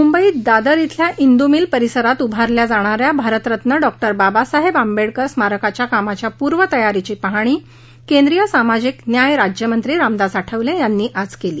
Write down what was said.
मुंबईत दादर इथल्या इंदू मिल परिसरात उभारला जाणाऱ्या भारतरत्न डॉ बाबासाहेब आंबेडकर स्मारकाच्या कामाच्या पूर्वतयारीची पाहणी केंद्रीय सामाजिक न्याय राज्य मंत्री रामदास आठवले यांनी आज केली